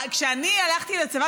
כשאני הלכתי לצבא,